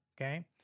Okay